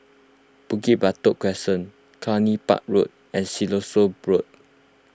Bukit Batok Crescent Cluny Park Road and Siloso Road